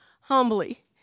humbly